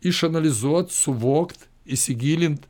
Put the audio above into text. išanalizuot suvokt įsigilint